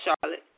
Charlotte